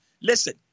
Listen